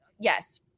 Yes